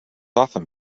often